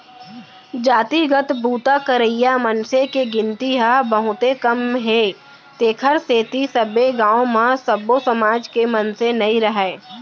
जातिगत बूता करइया मनसे के गिनती ह बहुते कम हे तेखर सेती सब्बे गाँव म सब्बो समाज के मनसे नइ राहय